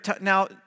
Now